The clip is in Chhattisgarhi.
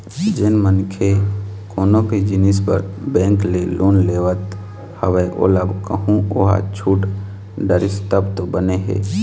जेन मनखे कोनो भी जिनिस बर बेंक ले लोन लेवत हवय ओला कहूँ ओहा छूट डरिस तब तो बने हे